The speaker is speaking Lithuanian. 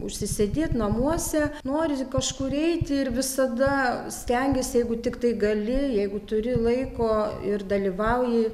užsisėdėt namuose nori kažkur eiti ir visada stengies jeigu tiktai gali jeigu turi laiko ir dalyvauji